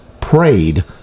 prayed